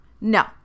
no